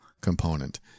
component